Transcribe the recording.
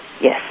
Yes